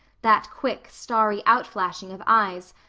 that quick, starry outflashing of eyes,